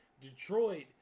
Detroit